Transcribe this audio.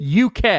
UK